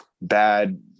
bad